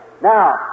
Now